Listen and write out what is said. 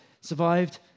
survived